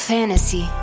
Fantasy